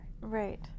Right